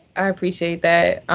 i appreciate that.